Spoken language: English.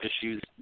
issues